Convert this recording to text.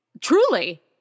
Truly